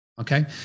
okay